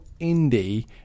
indie